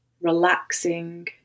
relaxing